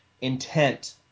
intent